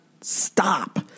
stop